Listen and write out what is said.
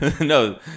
no